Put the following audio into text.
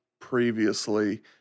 previously